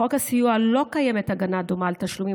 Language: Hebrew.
בחוק הסיוע לא קיימת הגנה דומה על תשלומים